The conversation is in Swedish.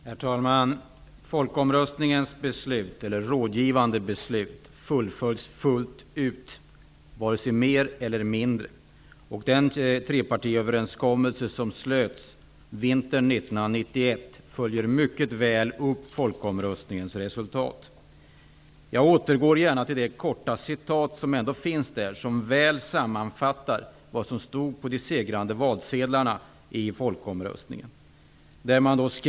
Herr talman! Folkomröstningens rådgivande beslut fullföljs fullt ut, varken mer eller mindre. Den trepartiöverenskommelse som slöts vintern 1991 följer mycket väl upp folkomröstningens resultat. Jag återknyter gärna till det korta citatet som väl sammanfattar vad som stod på de segrande valsedlarna i folkomröstningen.